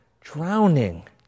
drowning